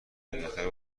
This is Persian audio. بالاخره